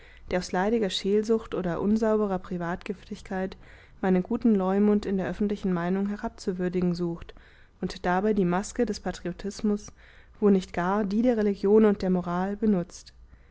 der aus leidiger scheelsucht oder unsauberer privatgiftigkeit meinen guten leumund in der öffentlichen meinung herabzuwürdigen sucht und dabei die maske des patriotismus wo nicht gar die der religion und der moral benutzt